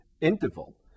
interval